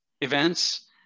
events